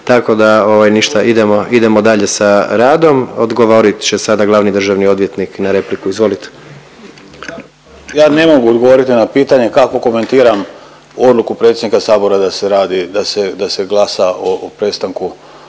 tako da ništa. Idemo dalje sa radom. Odgovorit će sada glavni državni odvjetnik na repliku, izvolite. **Turudić, Ivan** Ja ne mogu odgovoriti na pitanje kako komentiram odluku predsjednika sabora da se radi, da se glasa o prestanku